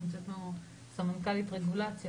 נמצאת פה סמנכ"לית רגולציה,